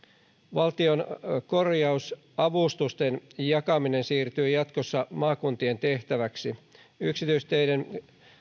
valtion korjausavustusten jakaminen siirtyy jatkossa maakuntien tehtäväksi yksityisteiden